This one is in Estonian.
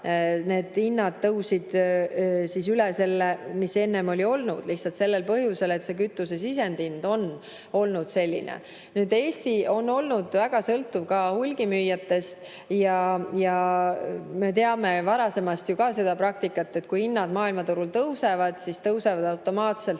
seda tõusid hinnad üle selle [taseme], mis enne oli olnud, lihtsalt sel põhjusel, et kütuse sisendhind on olnud selline. Eesti on olnud väga sõltuv ka hulgimüüjatest. Me teame juba varasemast seda praktikat, et kui hinnad maailmaturul tõusevad, siis tõusevad automaatselt